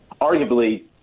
Arguably